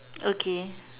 okay